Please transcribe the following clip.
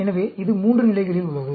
எனவே இது 3 நிலைகளில் உள்ளது